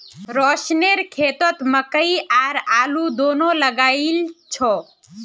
रोशनेर खेतत मकई और आलू दोनो लगइल छ